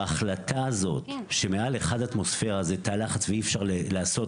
בהחלטה הזאת שמעל 1 אטמוספירה זה תא לחץ ואי אפשר לעשות